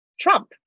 Trump